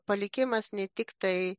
palikimas ne tik tai